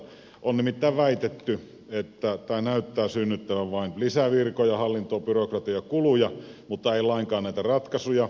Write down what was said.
on nimittäin väitetty että tämä näyttää synnyttävän vain lisävirkoja hallintoon byrokratiakuluja mutta ei lainkaan näitä ratkaisuja